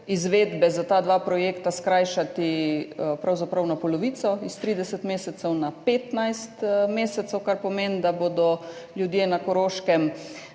izvedbe za ta dva projekta skrajšati pravzaprav na polovico, iz 30 mesecev na 15 mesecev, kar pomeni, da bodo ljudje na Koroškem